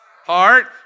heart